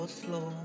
slow